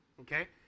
okay